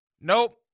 Nope